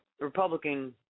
Republican